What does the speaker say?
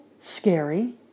scary